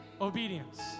obedience